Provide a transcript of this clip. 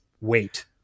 wait